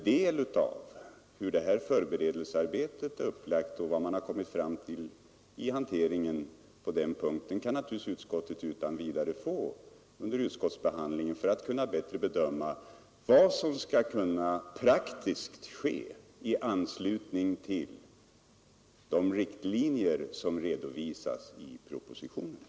Del av hur förberedelsearbetet är upplagt och vad man kommit fram till i hanteringen kan utskottet naturligtvis utan vidare få för att kunna bättre bedöma vad som skall kunna ske praktiskt i anslutning till de riktlinjer som redovisas i propositionen.